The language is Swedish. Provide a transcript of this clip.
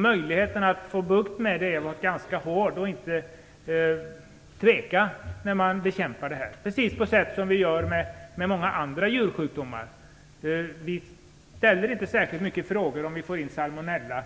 Möjligheterna att få bukt med dessa kvalster har gått ut på att vara hård och inte tveka i bekämpningen. Det är precis som på samma sätt som vid bekämpningen av andra djursjukdomar. Vi ställer inte särskilt många frågor vid salmonella,